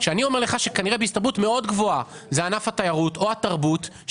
אני אומר לך שכנראה בהסתברות גבוהה מאוד זה ענף התיירות או התרבות,